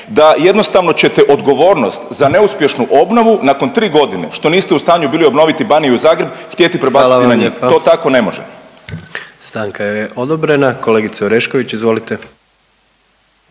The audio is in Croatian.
da jednostavno ćete odgovornost za neuspješnu obnovu nakon tri godine što niste u stanju bili obnoviti Baniju i Zagreb htjeti prebaciti na njih …/Upadica predsjednik: Hvala vam lijepa./… To tako ne